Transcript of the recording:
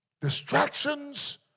Distractions